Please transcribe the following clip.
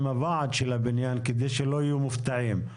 הוועד של הבניין כדי שלא יהיו מופתעים.